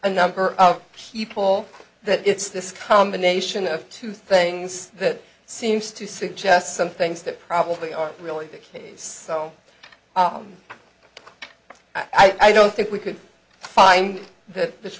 a number of people that it's this combination of two things that seems to suggest some things that probably aren't really the case so i don't think we could find that th